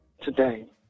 today